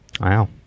Wow